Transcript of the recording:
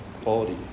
quality